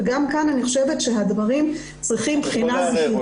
וגם כאן אני חושבת שהדברים צריכים בחינה זהירה יותר.